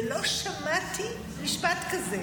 ולא שמעתי משפט כזה.